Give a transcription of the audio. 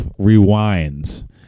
rewinds